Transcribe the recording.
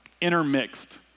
intermixed